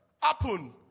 happen